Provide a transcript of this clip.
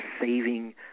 saving